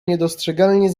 niedostrzegalnie